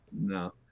No